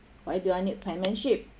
why do I need penmanship